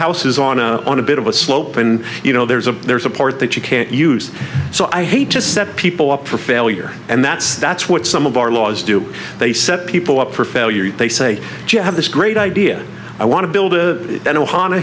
house is on a on a bit of a slope and you know there's a there's a part that you can't use so i hate to step up for failure and that's that's what some of our laws do they set people up for failure they say you have this great idea i want to build